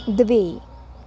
द्वे